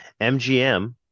mgm